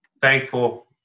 thankful